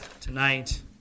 tonight